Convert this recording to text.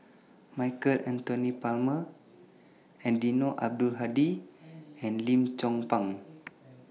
Michael Anthony Palmer Eddino Abdul Hadi and Lim Chong Pang